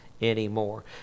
anymore